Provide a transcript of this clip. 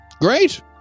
Great